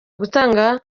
gutanga